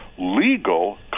legal